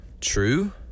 true